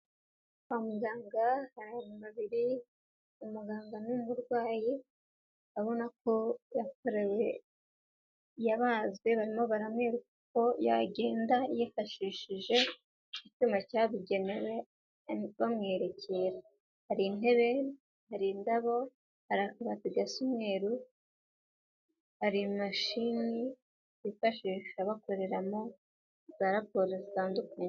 Abaganga babiri, umuganga n'umurwayi ubona ko yakorewe... yabazwe barimo baramwereka uko yagenda yifashishije icyuma cyabigenewe bamwerekera. Hari intebe, hari indabo, hari akabati gasa umweru, hari imashini bifashisha bakoreramo za raporo zitandukanye.